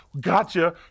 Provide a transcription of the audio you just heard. gotcha